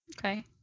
okay